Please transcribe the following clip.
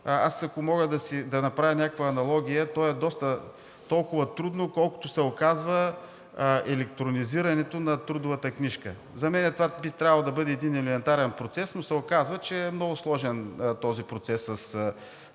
Ако мога да направя някаква аналогия, то е толкова трудно, колкото се оказва електронизирането на трудовата книжка. За мен това би трябвало да бъде един елементарен процес, но се оказва, че този процес с